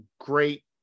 great